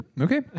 Okay